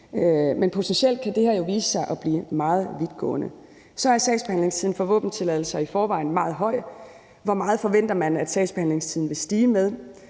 potentielt kan det her jo vise sig at blive meget vidtgående. Så er sagsbehandlingstiden for våbentilladelser i forvejen meget høj. Hvor meget forventer man at sagsbehandlingstiden vil stige med?